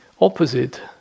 opposite